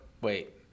wait